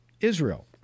Israel